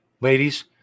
Ladies